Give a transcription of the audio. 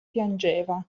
piangeva